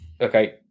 okay